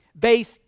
base